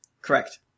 Correct